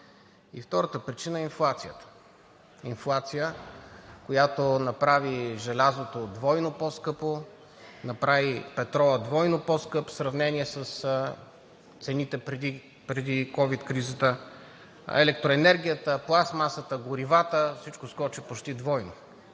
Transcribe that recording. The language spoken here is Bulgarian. втората причина е инфлацията. Инфлация, която направи желязото двойно по-скъпо, направи петрола двойно по-скъп в сравнение с цените преди ковид кризата, електроенергията, пластмасата, горивата – всичко скочи почти двойно.